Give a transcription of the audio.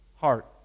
heart